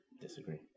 Disagree